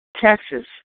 Texas